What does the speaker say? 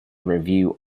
review